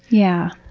yeah.